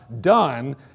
done